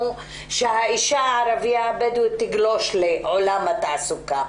שהאישה הערבייה הבדואית תגלוש לעולם התעסוקה.